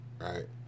right